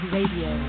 Radio